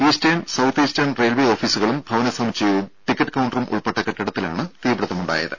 eastern south eastern railway ഓഫീസുകളും ഭവന സമുച്ചയവും ടിക്കറ്റ് കൌണ്ടറും ഉൾപ്പെട്ട കെട്ടിടത്തിലാണ് തീപിടിത്തം ഉണ്ടായത്